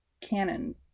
canon